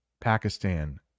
pakistan